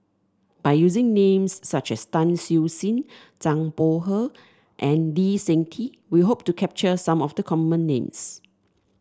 by using names such as Tan Siew Sin Zhang Bohe and Lee Seng Tee we hope to capture some of the common names